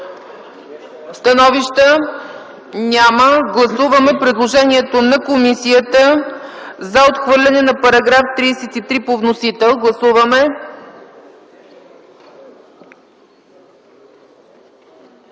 Становища? Няма. Гласуваме предложението на комисията за отхвърляне на § 33 по вносител. Гласували